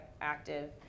active